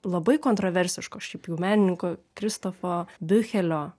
labai kontroversiško šiaip jau menininko kristofo biuchelio